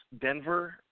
Denver